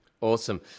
Awesome